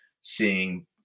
seeing